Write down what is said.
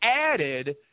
added